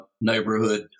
neighborhood